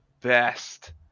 best